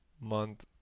month